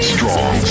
Strong